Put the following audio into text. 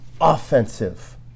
offensive